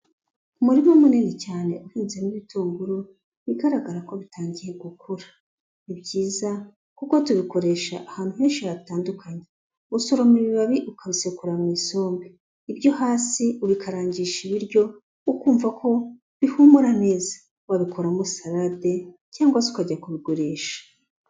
Umurima munini cyane, ihinzemo ibitunguru, bigaragara ko bitangiye gukura. Ni byiza kuko tubikoresha ahantu henshi hatandukanye, usororma ibibabi ukabisekura mu isombe. Ibyo hasi ubikarangisha ibiryo, ukumva ko bihumura neza . wabikoramo salade cyangwa se ukajya kubigurisha.